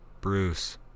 Bruce